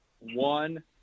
one